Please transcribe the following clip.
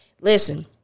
Listen